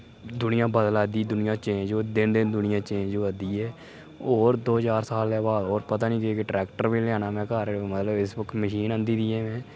दुनियां बदलै करदी दुनियां चेंज दिन दिन दुनियां चेंज होआ दी ऐ होर दो चार सालें बाद होर पता निं केह् केह् ट्रैक्टर बी निं लेहाना में घर मतलब इस वक्त मशीन आंह्दी दी ऐ में